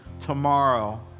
tomorrow